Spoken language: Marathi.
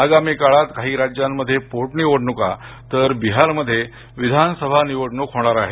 आगामी काळात काही राज्यांमध्ये पोटनिवडणुका तर बिहार मध्ये विधानसभा निवडणूक होणार आहे